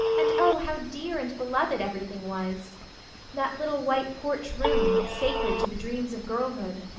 and oh, how dear and beloved everything was that little white porch room, sacred to the dreams of girlhood,